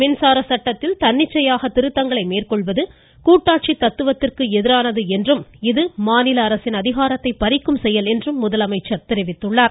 மின்சார சட்டத்தில் தன்னிச்சையாக திருத்தங்களை மேற்கொள்வது கூட்டாட்சி தத்துவத்திற்கு எதிரானது என்றும் இது மாநில அரசின் அதிகாரத்தை பறிக்கும் செயல் என்றும் அவர் தெரிவித்துள்ளார்